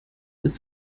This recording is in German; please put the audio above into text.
ist